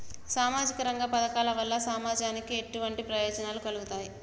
సామాజిక రంగ పథకాల వల్ల సమాజానికి ఎటువంటి ప్రయోజనాలు కలుగుతాయి?